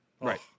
Right